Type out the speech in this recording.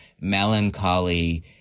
melancholy